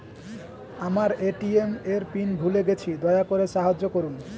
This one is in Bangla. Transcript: আমার এ.টি.এম এর পিন ভুলে গেছি, দয়া করে সাহায্য করুন